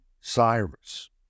Cyrus